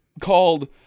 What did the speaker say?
called